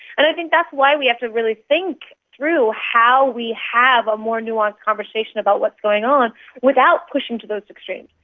and i think that's why we have to really think through how we have a more nuanced conversation about what's going on without pushing to those extremes.